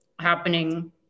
happening